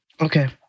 Okay